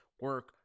Work